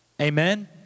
Amen